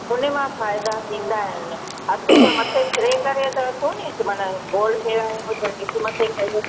उनमां फ़ाइदा थींदा आहिनि हथु त मथे फिरे करे त अथो नी माना गोल फेराइणो हुजे हिकु मथे खणी